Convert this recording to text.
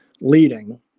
leading